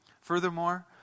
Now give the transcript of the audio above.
Furthermore